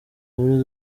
muri